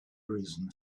reason